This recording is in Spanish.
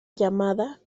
llamada